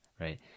right